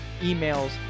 emails